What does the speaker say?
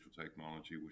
technology